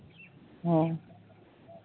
ᱦᱩᱸ